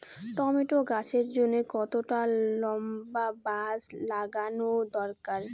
Tomato গাছের জন্যে কতটা লম্বা বাস লাগানো দরকার?